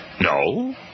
No